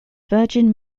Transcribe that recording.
virgin